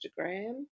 Instagram